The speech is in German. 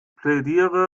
plädiere